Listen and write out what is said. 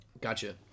Gotcha